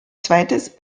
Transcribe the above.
zweites